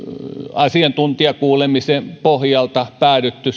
asiantuntijakuulemisen pohjalta päädytty